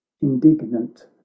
indignant